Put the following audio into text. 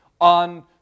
on